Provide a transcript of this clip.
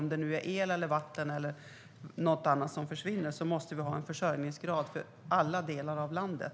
Oavsett om det gäller el, vatten eller något annat som försvinner måste vi ha en försörjningsgrad för alla delar av landet.